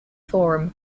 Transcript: forum